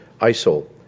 ISIL